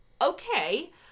okay